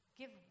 give